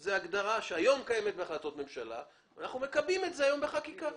זו הגדרה שהיום קיימת בהחלטות ממשלה ואנחנו מקבעים את זה היום בחקיקה.